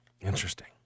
Interesting